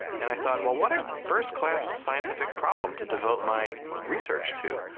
and i thought, well, what a first-class scientific problem to devote my research to!